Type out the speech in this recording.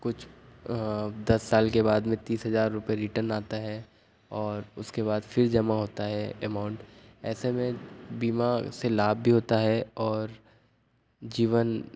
कुछ दस साल के बाद में तीस हज़ार रूपये रिटर्न आता है और उसके बाद फिर जमा होता है एमौन्त ऐसे में बीमा से लाभ भी होता है और जीवन